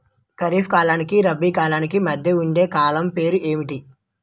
ఖరిఫ్ కాలానికి రబీ కాలానికి మధ్య ఉండే కాలం పేరు ఏమిటి?